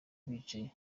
bicaye